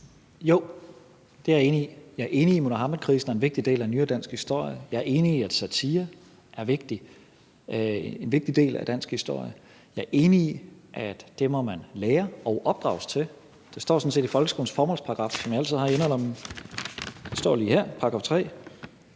Jo, det er jeg enig i. Jeg er enig i, at Muhammedkrisen er en vigtig del af nyere dansk historie, jeg er enig i, at satire er en vigtig del af dansk historie, og jeg er enig i, at det må man lære og opdrages til. Det står sådan set i folkeskolens formålsparagraf, som jeg altid har i inderlommen. Der står i § 1, stk. 3,